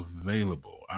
available